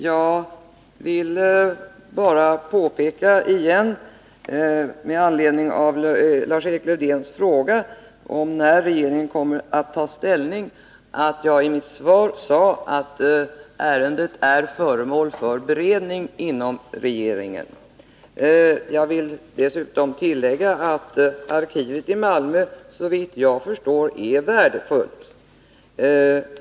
Herr talman! Jag vill bara, med anledning av. Lars-Erik Lövdéns fråga om när regeringen kommer att ta ställning, påpeka att jag i mitt svar sade att ärendet är föremål för beredning inom regeringen. Desutom vill jag betona att arkivet i Malmö såvitt jag förstår är värdefullt.